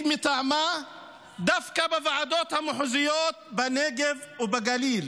מטעמה דווקא בוועדות המחוזיות בנגב ובגליל?